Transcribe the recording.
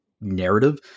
narrative